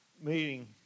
meeting